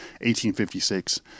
1856